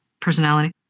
personality